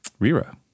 rira